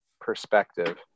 perspective